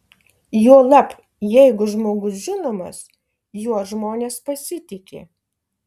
juolab jeigu žmogus žinomas juo žmonės pasitiki